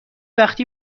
وقتی